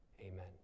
Amen